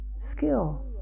skill